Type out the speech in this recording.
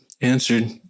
answered